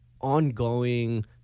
ongoing